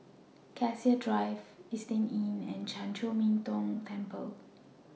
Cassia Drive Istay Inn and Chan Chor Min Tong Temple